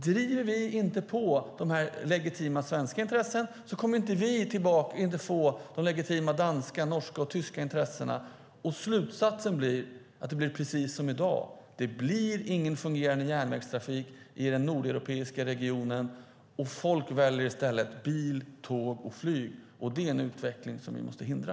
Om vi inte driver på legitima svenska intressen kommer vi inte att få ta del av legitima danska, norska och tyska intressen. Slutsatsen blir att det blir precis som i dag, nämligen ingen fungerande järnvägstrafik i den nordeuropeiska regionen. Folk väljer i stället bil, tåg och flyg. Det är en utveckling vi måste hindra.